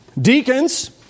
Deacons